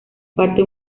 parte